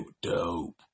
dope